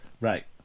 Right